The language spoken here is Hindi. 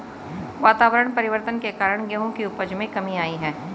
वातावरण परिवर्तन के कारण गेहूं की उपज में कमी आई है